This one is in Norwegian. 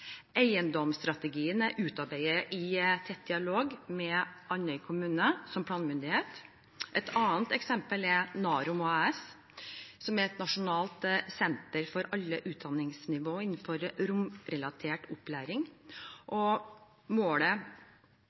Eiendomsstrategien er utarbeidet i tett dialog med Andøy kommune som planmyndighet. Et annet eksempel er NAROM AS, som er et nasjonalt senter for alle utdanningsnivåer innenfor romrelatert opplæring. Målet